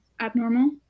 abnormal